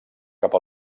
cap